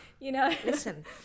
Listen